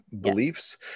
beliefs